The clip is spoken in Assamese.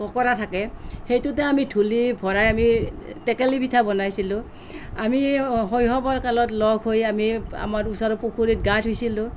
কোকোৰা থাকে সেইটোতে আমি ধূলি ভৰাই আমি টেকেলি পিঠা বনাইছিলোঁ আমি শৈশৱৰ কালত লগ হৈ আমি আমাৰ ওচৰৰ পুখুৰীত গা ধুইছিলোঁ